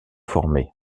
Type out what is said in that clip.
formées